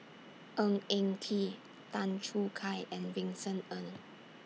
Ng Eng Kee Tan Choo Kai and Vincent Ng